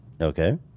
okay